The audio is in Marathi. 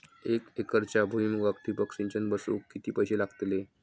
एक एकरच्या भुईमुगाक ठिबक सिंचन बसवूक किती पैशे लागतले?